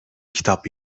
kitap